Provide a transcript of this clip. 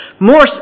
More